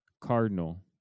Cardinal